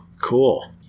Cool